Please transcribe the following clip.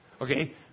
Okay